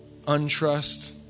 untrust